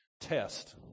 test